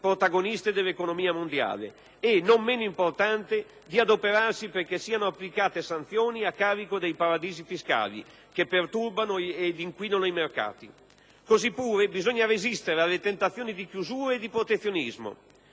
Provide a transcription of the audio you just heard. protagoniste dell'economia mondiale, e - non meno importante - di adoperarsi perché siano applicate sanzioni a carico dei paradisi fiscali, che perturbano ed inquinano i mercati. Così pure bisogna resistere alle tentazioni di chiusura e protezionismo.